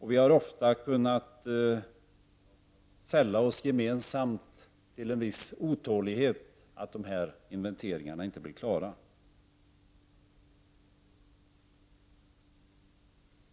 Vi har ofta kunnat känna en viss gemensam otålighet över att de här inventeringarna inte blir klara.